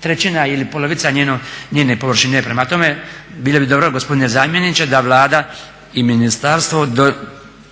trećina ili polovica njene površine. Prema tome, bilo bi dobro gospodine zamjeniče da Vlada i ministarstvo do